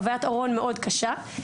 וחווית ארון מאוד קשה.